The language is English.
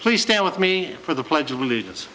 please stay with me for the pledge of allegiance